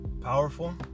powerful